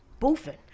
boofing